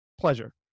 pleasure